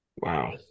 Wow